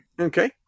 Okay